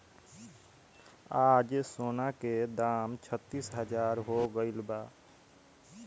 आज सोना के दाम छत्तीस हजार हो गइल बा